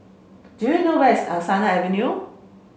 do you know where is Angsana Avenue